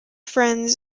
friends